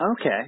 Okay